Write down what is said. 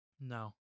No